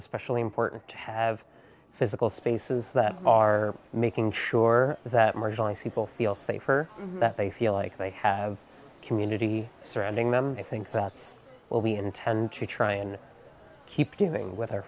especially important to have physical spaces that are making sure that marginalized people feel safer that they feel like they have a community surrounding them i think that's what we intend to try and keep doing with our